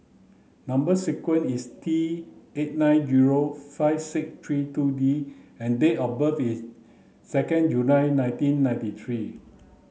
number sequence is T eight nine zero five six three two D and date of birth is second July nineteen ninety three